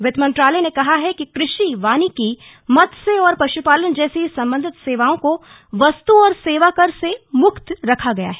वित्त मंत्रालय ने कहा है कि कृषि वानिकी मत्स्य और पश्पालन जैसी संबंधित सेवाओं को वस्तु और सेवाकर से मुक्त रखा गया है